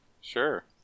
Sure